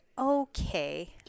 okay